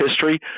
history